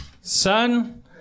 Son